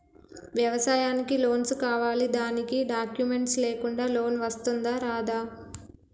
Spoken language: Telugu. వ్యవసాయానికి లోన్స్ కావాలి దానికి డాక్యుమెంట్స్ లేకుండా లోన్ వస్తుందా రాదా?